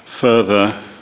further